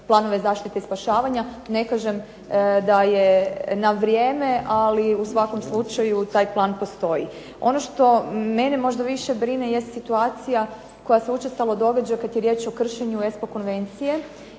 planove zaštite i spašavanja. Ne kažem da je na vrijeme, ali u svakom slučaju taj plan postoji. Ono što mene možda više brine jest situacija koja se učestalo događa kad je riječ o kršenju ESPO konvencije